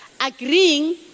agreeing